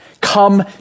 Come